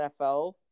NFL